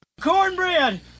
cornbread